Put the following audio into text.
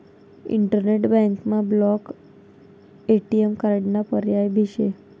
internet बँकमा block ATM कार्डाना पर्याय भी शे